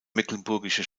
mecklenburgische